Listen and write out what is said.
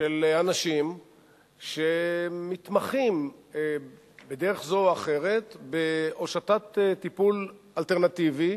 של אנשים שמתמחים בדרך זו או אחרת בהושטת טיפול אלטרנטיבי,